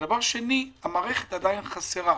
דבר שני, המערכת עדיין חסרה.